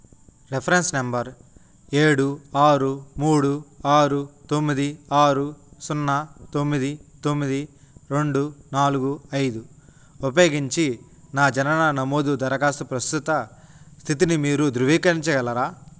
reference number ఏడు ఆరు మూడు ఆరు తొమ్మిది ఆరు సున్నా తొమ్మిది తొమ్మిది రెండు నాలుగు ఐదు ఉపయోగించి నా జనన నమోదు దరఖాస్తు ప్రస్తుత స్థితిని మీరు ధృవీకరించగలరా